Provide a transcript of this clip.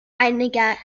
einiger